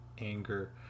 anger